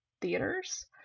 theaters